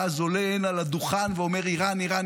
ואז עולה הנה לדוכן ואומר: איראן,